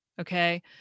Okay